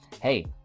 hey